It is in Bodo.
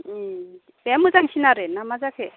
ओं बेहा मोजांसिन आरो ना मा जाखो